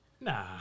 Nah